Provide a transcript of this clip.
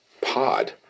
pod